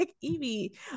Evie